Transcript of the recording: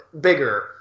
bigger